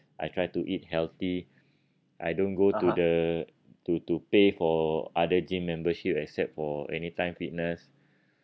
I try to eat healthy I don't go to the to to pay for other gym membership except for anytime fitness